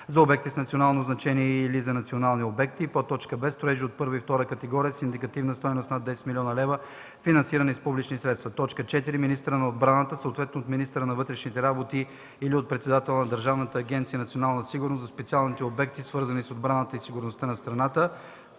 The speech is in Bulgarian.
за обекти с национално значение и/или за национални обекти; б) строежи от първа и втора категория с индикативна стойност над 10 000 000 лв., финансирани с публични средства; 4. министъра на отбраната, съответно от министъра на вътрешните работи, или от председателя на Държавна агенция „Национална сигурност” – за специалните обекти, свързани с отбраната и сигурността на страната.”